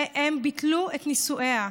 והם ביטלו את נישואיה.